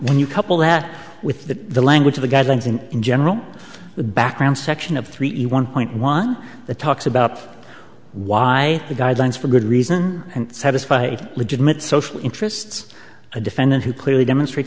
that with the language of the guidelines and in general the background section of three a one point one that talks about why the guidelines for good reason and satisfy legitimate social interests a defendant who clearly demonstrates